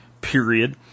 period